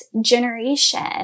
generation